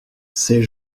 ces